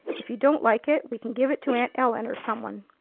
if you don't like it, we can give it to aunt ellen or some one.